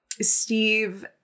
Steve